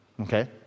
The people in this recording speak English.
Okay